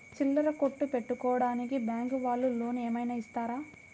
చిల్లర కొట్టు పెట్టుకోడానికి బ్యాంకు వాళ్ళు లోన్ ఏమైనా ఇస్తారా?